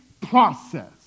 process